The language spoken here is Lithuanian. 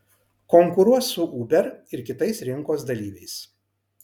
konkuruos su uber ir kitais rinkos dalyviais